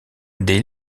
des